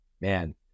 man